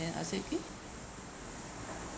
then I said eh